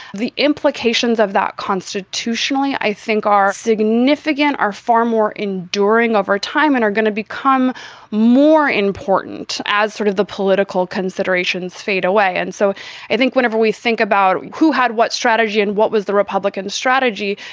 the implications of that constitutionally, i think are significant are far more enduring over time and are going to become more important as sort of the political considerations fade away. and so i think whenever we think about who had what strategy and what was the republican strategy,